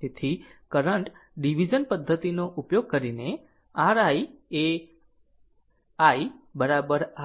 તેથી current division પદ્ધતિનો ઉપયોગ કરીને r i એl